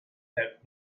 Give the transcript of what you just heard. that